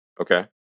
Okay